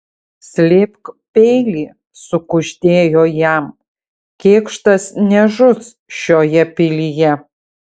slėpk peilį sukuždėjo jam kėkštas nežus šioje pilyje